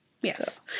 Yes